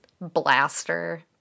blaster